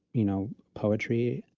you know, poetry,